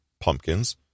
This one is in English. pumpkins